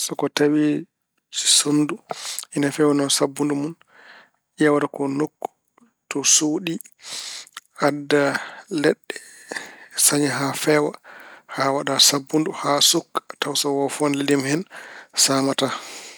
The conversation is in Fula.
So ko tawi sonndu ina feewna sabbundu mun, ƴeewa ko nokku to suuɗi. Adda leɗɗe, saña haa feewa haa waɗa sabbundu haa sukka, tawa so wofoode lelii hen saamataa.